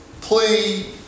plea